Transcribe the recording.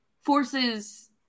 forces